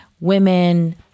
women